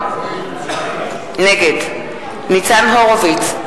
נגד ניצן הורוביץ,